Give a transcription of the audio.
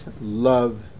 love